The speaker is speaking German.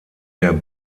der